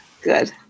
Good